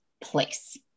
place